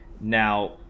Now